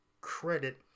credit